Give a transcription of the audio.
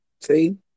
See